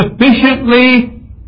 sufficiently